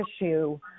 issue